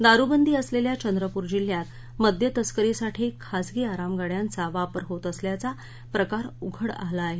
दारुबंदी असलेल्या चंद्रपूर जिल्ह्यात मद्य तस्करीसाठी खासगी आरामगाङ्यांचा वापर होत असल्याचा प्रकार उघड झाला आहे